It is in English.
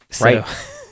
right